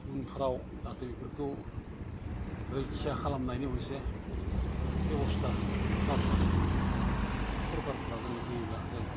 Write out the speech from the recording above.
उनफ्राव जाहाथे बेफोरखौ रैखा खालामनायनि मोनसे बेब'स्था खालामनानै सरकारफ्रा जोंनो होयोब्ला जों